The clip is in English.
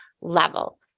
level